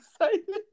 excited